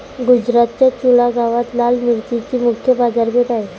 गुजरातच्या चुडा गावात लाल मिरचीची मुख्य बाजारपेठ आहे